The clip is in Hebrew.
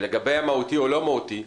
ולגבי המהותי או לא מהותי,